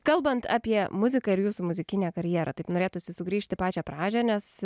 kalbant apie muziką ir jūsų muzikinę karjerą taip norėtųsi sugrįžt į pačią pradžią nes